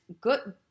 good –